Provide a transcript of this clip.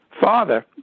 father